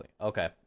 Okay